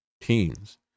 teens